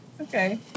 Okay